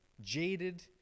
jaded